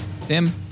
Tim